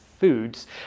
foods